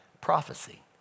prophecy